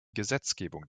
gesetzgebung